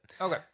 Okay